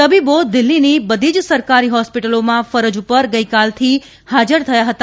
તબીબો દિલ્હીની બધી જ સરકારી હોર્ડસ્પટલોમાં ફરજ ઉપર ગઈકાલથી ફાજર થયા હતા